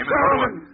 Carolyn